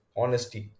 honesty